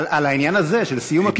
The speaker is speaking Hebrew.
על העניין הזה, של סיום הכיבוש.